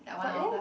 but then